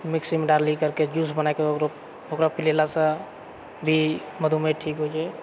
मिक्सीमे डालि करके जूस बनाकर ओकरा पिलेलासँ भी मधुमेह ठीक होइत छेै